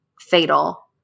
Fatal